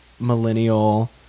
millennial